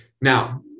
Now